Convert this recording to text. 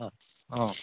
অঁ অঁ